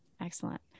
Excellent